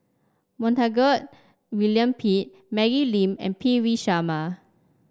Montague William Pett Maggie Lim and P V Sharma